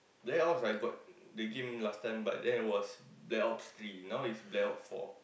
black ops I got the game last time but then it was black ops three now it's black ops four